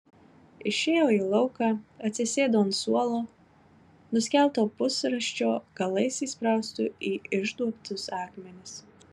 išėjo į lauką atsisėdo ant suolo nuskelto pusrąsčio galais įsprausto į išduobtus akmenis